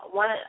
one